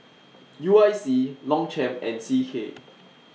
U I C Longchamp and C K